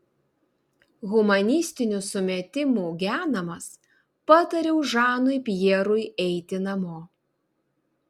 humanistinių sumetimų genamas patariau žanui pjerui eiti namo